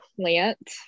plant